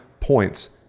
points